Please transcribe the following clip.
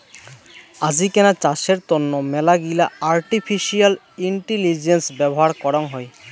আজিকেনা চাষের তন্ন মেলাগিলা আর্টিফিশিয়াল ইন্টেলিজেন্স ব্যবহার করং হই